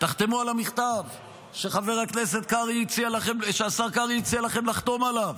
חתמו על המכתב שהשר קרעי הציע לכם לחתום עליו,